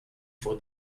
for